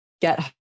get